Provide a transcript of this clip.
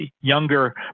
younger